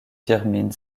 firmin